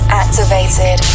activated